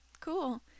Cool